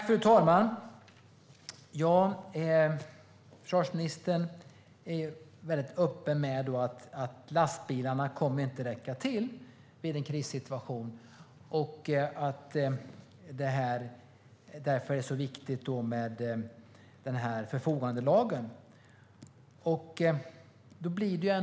Fru talman! Försvarsministern är väldigt öppen med att lastbilarna inte kommer att räcka till vid en krissituation och att det därför är så viktigt med förfogandelagen.